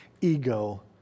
ego